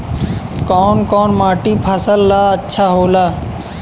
कौन कौनमाटी फसल ला अच्छा होला?